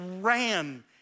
ran